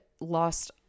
lost